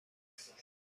است